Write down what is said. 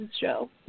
show